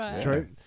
True